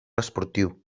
esportiu